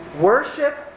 worship